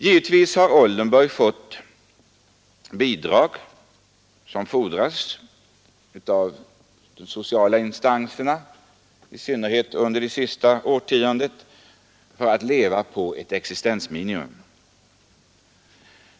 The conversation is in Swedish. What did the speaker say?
Givetvis har Oldenburg fått bidrag av sociala instanser, i synnerhet under det senaste årtiondet, för att leva på ett existensminimum.